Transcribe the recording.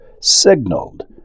signaled